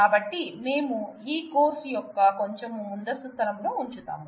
కాబట్టి మేము ఈ కోర్సు యొక్క కొంచెం ముందస్తు స్థలంలో ఉంచుతాము